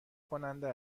کننده